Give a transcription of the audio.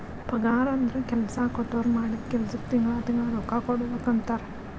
ಪಗಾರಂದ್ರ ಕೆಲ್ಸಾ ಕೊಟ್ಟೋರ್ ಮಾಡಿದ್ ಕೆಲ್ಸಕ್ಕ ತಿಂಗಳಾ ತಿಂಗಳಾ ರೊಕ್ಕಾ ಕೊಡುದಕ್ಕಂತಾರ